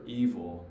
evil